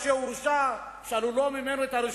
מגיעה ההשתלטות של ש"ס ואגודת ישראל גם על הרבנות